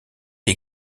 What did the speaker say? les